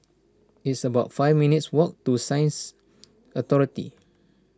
it's about five minutes' walk to Sciences Authority